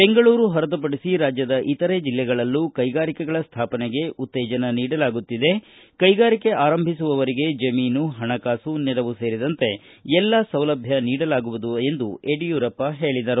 ಬೆಂಗಳೂರು ಹೊರತುಪಡಿಸಿ ರಾಜ್ಯದ ಇತರೆ ಜಿಲ್ಲೆಗಳಲ್ಲೂ ಕೈಗಾರಿಕೆಗಳ ಸ್ವಾಪನೆಗೆ ಉತ್ತೇಜನ ನೀಡಲಾಗುತ್ತಿದೆ ಕೈಗಾರಿಕೆ ಆರಂಭಿಸುವವರಿಗೆ ಜಮೀನು ಹಣಕಾಸು ನೆರವು ಸೇರಿದಂತೆ ಎಲ್ಲಾ ಸೌಲಭ್ಯ ನೀಡಲಾಗುವುದು ಎಂದು ಹೇಳಿದರು